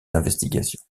investigations